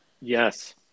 Yes